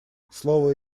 слово